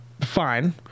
fine